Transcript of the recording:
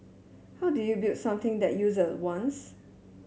how do you build something that user wants